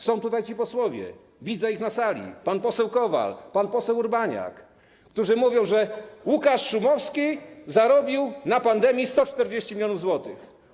Są tutaj ci posłowie, widzę ich na sali: pan poseł Kowal, pan poseł Urbaniak, którzy mówią, że Łukasz Szumowski zarobił na pandemii 140 mln zł.